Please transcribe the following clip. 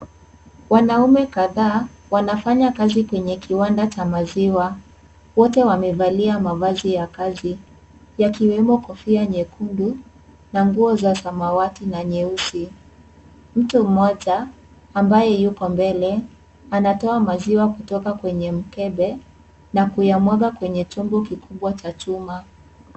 Wanaume kadhaa wanafanya kazi kwenye kiwanda cha maziwa. Wote wamevalia mavazi ya kazi, yakiwemo kofia nyekundu na nguo za samawati na nyeusi. Mtu mmoja ambaye yuko mbele anatoa maziwa kutoka kwenye mkebe na kuyamwaga kwenye chungu kikubwa cha chuma.